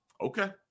Okay